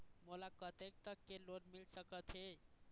मोला कतेक तक के लोन मिल सकत हे?